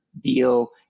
deal